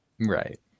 right